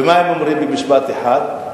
ומה הם אומרים, במשפט אחד?